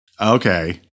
Okay